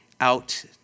out